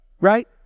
right